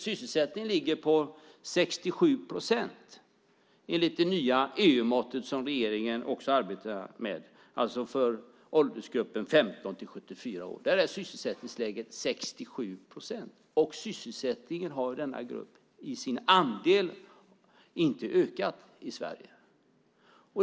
Sysselsättningen ligger på 67 procent enligt det nya EU-mått som regeringen också arbetar med för åldersgruppen 15-74 år. Där är sysselsättningsläget 67 procent, och andelen sysselsatta i denna grupp har alltså inte ökat i Sverige.